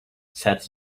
said